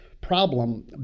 problem